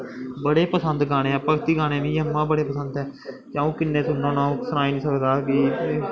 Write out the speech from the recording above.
बड़े पसंद गाने ऐ भगती गाने मिगी इ'यां गै बड़े पसंद ऐ अ'ऊं किन्ने सुनना होन्ना अ'ऊं सनाई निं सकदा कि